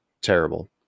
terrible